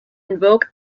invoke